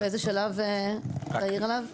באיזה שלב להעיר עליו?